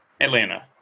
Atlanta